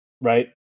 right